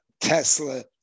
Tesla